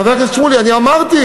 רגע, חבר הכנסת שמולי, אני אמרתי.